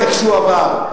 זה איכשהו עבר,